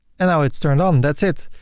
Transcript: and now it's turned on that's it.